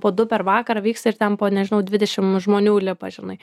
po du per vakarą vyksta ir ten po nežinau dvidešim žmonių lipa žinai